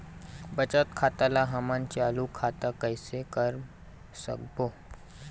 बचत खाता ला हमन चालू खाता कइसे कर सकबो?